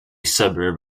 suburb